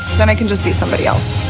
then i can just be somebody else.